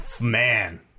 man